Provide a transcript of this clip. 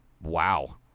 Wow